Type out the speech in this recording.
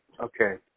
Okay